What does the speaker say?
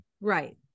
Right